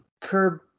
Curb